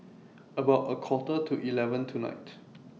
about A Quarter to eleven tonight